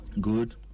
Good